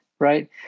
Right